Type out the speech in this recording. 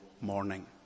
morning